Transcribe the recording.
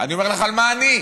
אני אומר לך על מה אני.